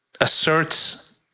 asserts